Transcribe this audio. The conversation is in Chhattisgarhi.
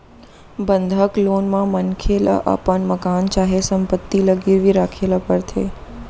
बंधक लोन म मनखे ल अपन मकान चाहे संपत्ति ल गिरवी राखे ल परथे